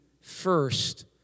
first